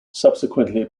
subsequently